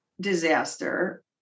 disaster